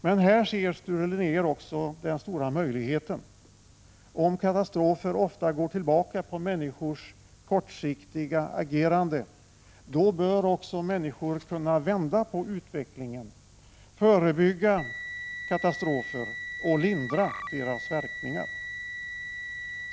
Men här ser Sture Linnér också den stora möjligheten: Om katastrofer ofta går tillbaka på människors kortsiktiga agerande, då bör också människor kunna vända på utvecklingen, förebygga katastrofer och lindra deras verkningar.